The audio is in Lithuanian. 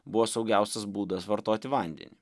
buvo saugiausias būdas vartoti vandenį